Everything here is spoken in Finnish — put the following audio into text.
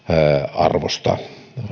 arvosta